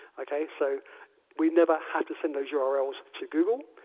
like i mean so we never have to send those urls to google.